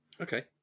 Okay